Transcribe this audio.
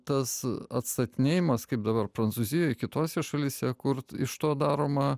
tas atstatinėjimas kaip dabar prancūzijoje kitose šalyse kurti iš to daroma